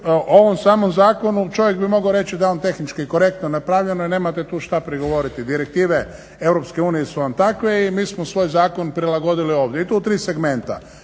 ovom samom zakonu čovjek bi mogao reći da je on tehnički i korektno napravljeno i nemate tu šta prigovoriti. Direktive EU su vam takve i mi smo svoj zakon prilagodili ovdje i to u tri segmenta.